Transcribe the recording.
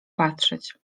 patrzeć